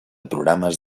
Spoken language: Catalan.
programes